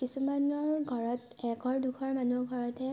কিছুমানৰ ঘৰত এঘৰ দুঘৰ মানুহৰ ঘৰতহে